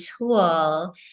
tool